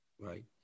Right